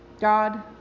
God